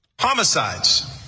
Homicides